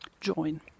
join